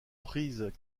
prises